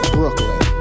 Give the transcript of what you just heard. Brooklyn